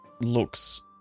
looks